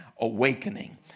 awakening